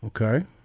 Okay